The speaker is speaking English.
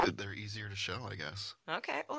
they're easier to shell, i guess. okay.